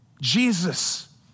Jesus